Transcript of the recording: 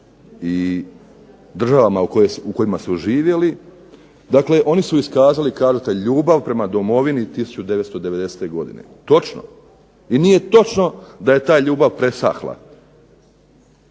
i državama u kojima su živjeli. Dakle, oni su iskazali kradete ljubav prema Domovini 1990. godine. Točno. I nije točno da je ta ljubav presahla